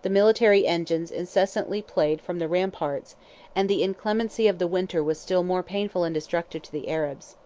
the military engines incessantly played from the ramparts and the inclemency of the winter was still more painful and destructive to the arabs.